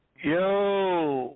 Yo